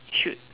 should